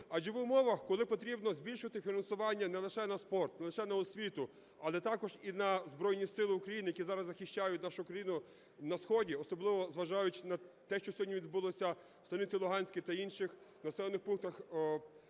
адже в умовах, коли потрібно збільшувати фінансування не лише на спорт, не лише на освіту, але також і на Збройні Сили України, які зараз захищають нашу країну на сході, особливо, зважаючи на те, що сьогодні відбулося в станиці Луганській та інших населених пунктах Донеччини.